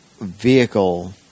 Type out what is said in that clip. vehicle